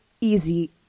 easy